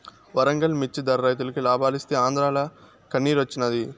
వరంగల్ మిచ్చి ధర రైతులకి లాబాలిస్తీ ఆంద్రాల కన్నిరోచ్చినాది